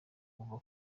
kuva